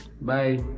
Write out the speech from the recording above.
bye